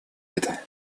это